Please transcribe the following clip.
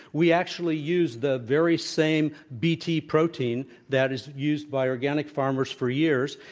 we actually use the very same bt protein that is used by organic farmers for years,